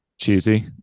cheesy